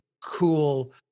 cool